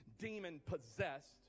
demon-possessed